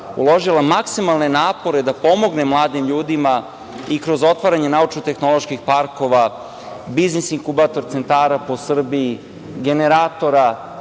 uložila maksimalne napore da pomogne mladim ljudima i kroz otvaranje naučno-tehnoloških parkova, biznis inkubator centara po Srbiji, generatora